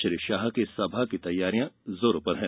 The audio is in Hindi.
श्री शाह की सभा की तैयारियां जोरों पर है